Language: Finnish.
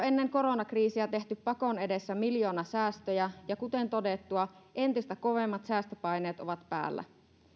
ennen koronakriisiä tehty pakon edessä miljoonasäästöjä ja kuten todettua entistä kovemmat säästöpaineet ovat päällä